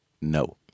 No